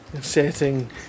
setting